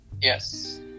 Yes